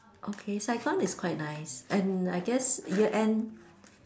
okay Saigon is quite nice and I guess year end